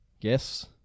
guess